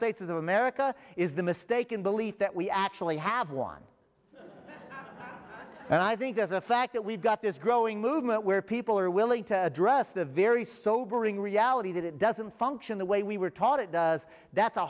states of america is the mistaken belief that we actually have one and i think that the fact that we've got this growing movement where people are willing to address the very sobering reality that it doesn't function the way we were taught it does that's a